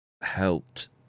helped